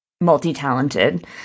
multi-talented